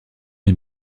est